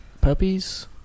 puppies